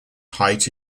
height